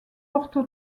porto